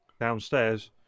downstairs